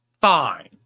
Fine